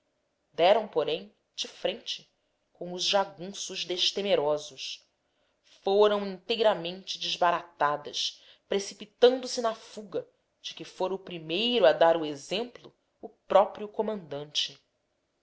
deram porém de frente com os jagunços destemerosos foram inteiramente desbaratadas precipitando-se na fuga de que fora o primeiro a dar exemplo o próprio comandante